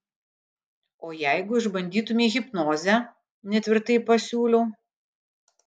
o jeigu išbandytumei hipnozę netvirtai pasiūliau